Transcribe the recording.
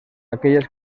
aquelles